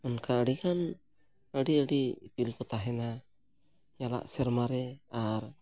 ᱚᱱᱠᱟ ᱟᱹᱰᱤᱜᱟᱱ ᱟᱹᱰᱤ ᱟᱹᱰᱤ ᱤᱯᱤᱞ ᱠᱚ ᱛᱟᱦᱮᱱᱟ ᱧᱟᱞᱟᱜ ᱥᱮᱨᱢᱟ ᱨᱮ ᱟᱨ